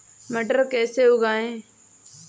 मटर कैसे उगाएं?